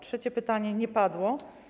Trzecie pytanie nie padło.